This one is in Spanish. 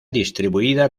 distribuida